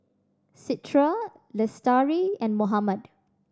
Citra Lestari and Muhammad